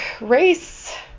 race